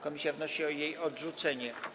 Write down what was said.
Komisja wnosi o jej odrzucenie.